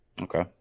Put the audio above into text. Okay